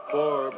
Four